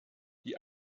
die